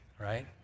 right